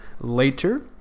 later